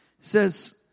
says